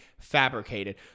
fabricated